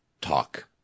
talk